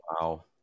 Wow